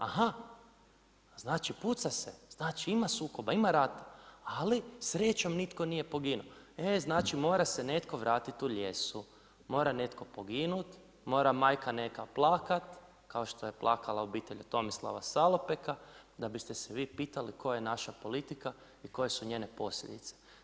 Aha, znači puca se, znači ima sukoba, ima rata, ali srećom nitko nije poginuo, e znači mora se netko vratiti u lijesu, mora netko poginuti, mora majka neka plakati, kao što je plakala obitelj Tomislava Salopeka, da biste se vi pitali koja je naša politika i koje su njene posljedice.